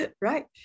Right